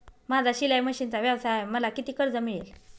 माझा शिलाई मशिनचा व्यवसाय आहे मला किती कर्ज मिळेल?